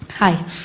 Hi